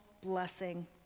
blessing